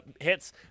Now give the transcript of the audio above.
hits